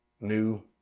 new